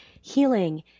healing